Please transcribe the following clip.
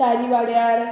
तारी वाड्यार